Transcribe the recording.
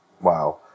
Wow